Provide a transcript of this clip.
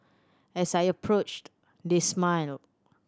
as I approached they smiled